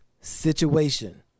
situation